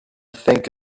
think